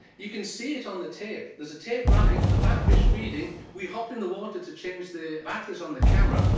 you can see it on the tape, there's a tape running, a bat fish feeding. we hop in the water to change the batteries on the camera,